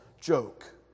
joke